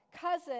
cousin